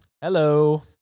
Hello